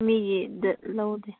ꯃꯤꯒꯤꯗ ꯂꯧꯗꯦ